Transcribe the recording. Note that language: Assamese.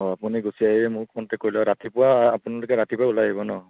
অঁ আপুনি গুচি আহি মোক কণ্টেক কৰিলেই হ'ল ৰাতিপুৱা আপোনালোকে ৰাতিপুৱাই ওলাই আহিব ন